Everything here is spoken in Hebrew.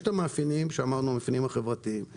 יש את המאפיינים החברתיים שציינו.